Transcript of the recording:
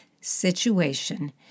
situation